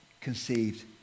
conceived